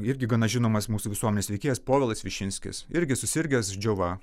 irgi gana žinomas mūsų visuomenės veikėjas povilas višinskis irgi susirgęs džiova